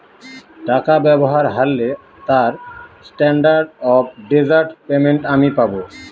টাকা ব্যবহার হারলে তার স্ট্যান্ডার্ড অফ ডেজার্ট পেমেন্ট আমি পাব